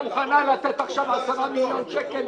--- את מוכנה לתת עכשיו 10 מיליון שקל